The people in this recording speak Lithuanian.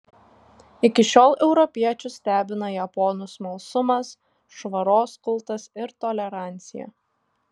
iki šiol europiečius stebina japonų smalsumas švaros kultas ir tolerancija